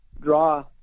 draw